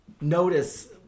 notice